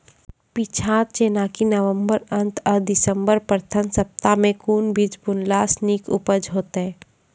पीछात जेनाकि नवम्बर अंत आ दिसम्बर प्रथम सप्ताह मे कून बीज बुनलास नीक उपज हेते?